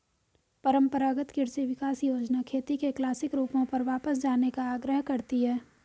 परम्परागत कृषि विकास योजना खेती के क्लासिक रूपों पर वापस जाने का आग्रह करती है